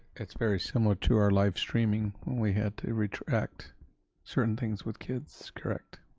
it's very similar to our live streaming, when we had to retract certain things with kids, correct?